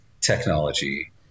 technology